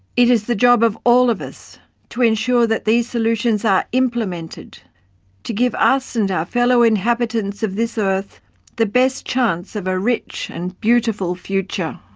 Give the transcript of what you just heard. it is the job of all of us to ensure that these solutions are implemented to give us and our fellow inhabitants of this earth the best chance of a rich and beautiful future.